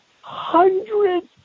hundreds